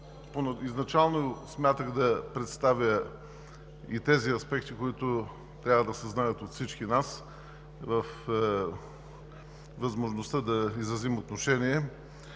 изначално смятах да представя и тези аспекти, които трябва да се знаят от всички нас, чрез възможността да изразим отношение.